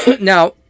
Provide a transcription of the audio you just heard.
Now